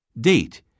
Date